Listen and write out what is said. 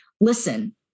listen